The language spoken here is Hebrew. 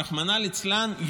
רחמנא ליצלן,